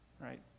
right